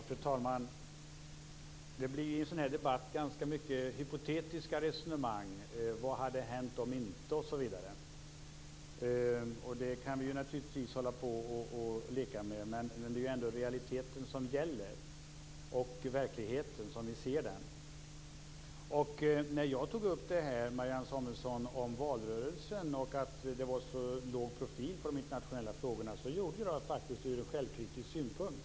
Fru talman! I en sådan här debatt blir det ganska mycket hypotetiska resonemang, om vad som hade hänt om inte, osv. Det kan vi naturligtvis hålla på och leka med. Men det är ändå realiteten som gäller, verkligheten som vi ser den. När jag tog upp det här med valrörelsen, Marianne Samuelsson, och nämnde att det var så låg profil på de internationella frågorna gjorde jag faktiskt det ur självkritisk synpunkt.